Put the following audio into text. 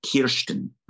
kirsten